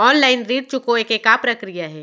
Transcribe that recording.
Online ऋण चुकोय के का प्रक्रिया हे?